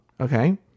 Okay